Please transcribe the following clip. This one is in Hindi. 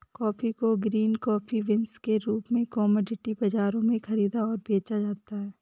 कॉफी को ग्रीन कॉफी बीन्स के रूप में कॉमोडिटी बाजारों में खरीदा और बेचा जाता है